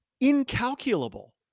incalculable